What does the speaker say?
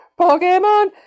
Pokemon